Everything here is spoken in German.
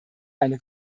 eine